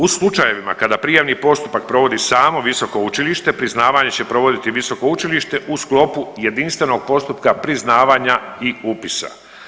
U slučajevima kada prijavni postupak provodi samo visoko učilište priznavanje će provoditi visoko učilište u sklopu jedinstvenog postupka priznavanja i upisa.